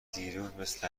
دیروز، مثل